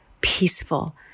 peaceful